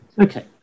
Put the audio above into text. Okay